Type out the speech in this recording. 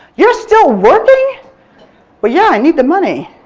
you're still working well, yeah, i need the money.